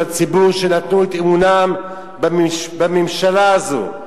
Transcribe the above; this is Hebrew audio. כלפי הציבור שנתנו את אמונם בממשלה הזאת,